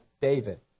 David